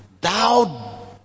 thou